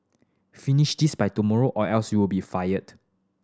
finish this by tomorrow or else you'll be fired